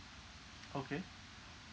okay